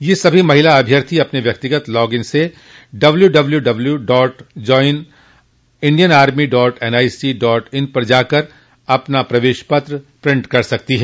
यह सभी महिला अभ्यर्थी अपने व्यक्तिगत लॉग इन से W W W dot join Indian army dot NIC dot in पर जाकर अपना प्रवेश पत्र प्रिंट कर सकती हैं